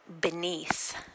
beneath